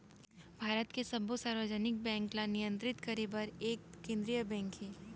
भारत के सब्बो सार्वजनिक बेंक ल नियंतरित करे बर एक केंद्रीय बेंक हे